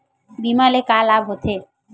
बीमा ले का लाभ होथे?